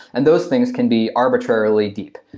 and those things can be arbitrarily deep.